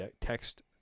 text